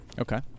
Okay